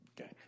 Okay